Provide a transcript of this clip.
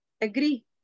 Agree